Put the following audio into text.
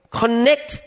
connect